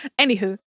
Anywho